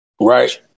Right